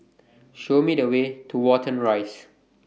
Show Me The Way to Watten Rise